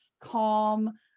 calm